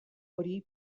hori